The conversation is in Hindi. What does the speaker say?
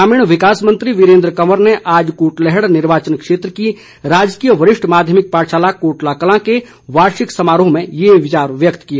ग्रामीण विकास मंत्री वीरेंद्र कंवर ने आज कुटलैहड़ निर्वाचन क्षेत्र की राजकीय वरिष्ठ माध्यमिक पाठशाला कोटला कलां के वार्षिक समारोह में ये विचार व्यक्त किए